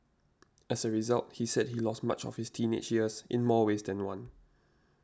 as a result he said he lost much of his teenage years in more ways than one